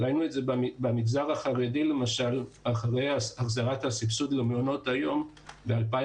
ראינו את זה במגזר החרדי למשל אחרי החזרת הסבסוד למעונות היום ב-2015